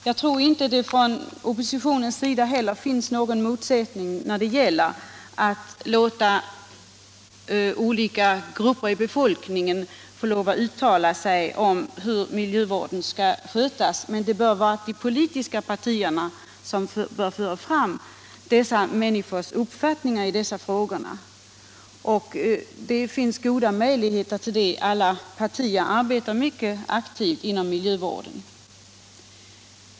Jag tror inte att det inom riksdagen finns några motsättningar när det gäller att låta olika grupper av befolkningen uttala sig om hur miljövården skall skötas — men det bör vara de politiska partierna som för fram dessa människors uppfattningar i de här frågorna. Det finns goda möjligheter till det — alla partier arbetar mycket aktivt inom miljövården.